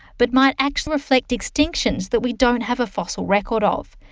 but might actually reflect extinctions that we don't have a fossil record of,